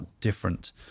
different